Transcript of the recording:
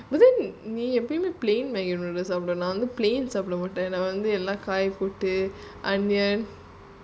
but then நீஎப்பயுமே:nee epayume